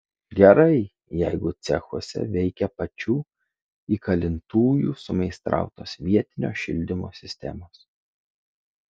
gerai jeigu cechuose veikia pačių įkalintųjų sumeistrautos vietinio šildymo sistemos